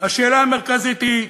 השאלה המרכזית היא: